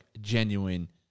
genuine